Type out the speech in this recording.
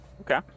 Okay